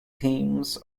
teams